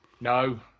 No